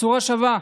בצורה שווה.